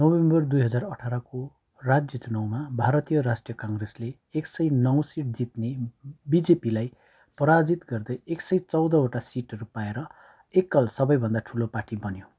November दुई हजार अठारको राज्य चुनावमा भारतीय राष्ट्रिय काङ्ग्रेसले एक सय नौ सिट जित्ने बिजेपीलाई पराजित गर्दै एक सय चौधवटा सिटहरू पाएर एकल सबैभन्दा ठुलो पार्टी बन्यो